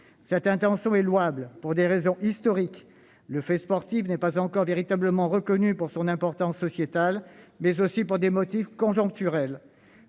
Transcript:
Cette intention est louable, pour des raisons historiques- le fait sportif n'est pas encore véritablement reconnu pour son importance sociétale -, mais aussi pour des motifs conjoncturels.